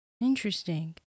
Interesting